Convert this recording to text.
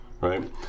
right